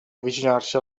avvicinarsi